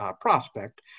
prospect